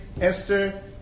Esther